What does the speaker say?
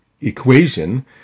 equation